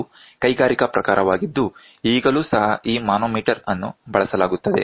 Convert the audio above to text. ಇದು ಕೈಗಾರಿಕಾ ಪ್ರಕಾರವಾಗಿದ್ದು ಈಗಲೂ ಸಹ ಈ ಮಾನೋಮೀಟರ್ ಅನ್ನು ಬಳಸಲಾಗುತ್ತದೆ